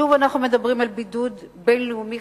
שוב אנחנו מדברים על בידוד בין-לאומי